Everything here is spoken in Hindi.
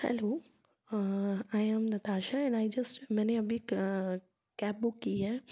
hello I am Natasha and I just मैंने अभी कैब बुक की है